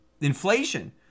inflation